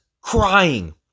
crying